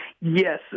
Yes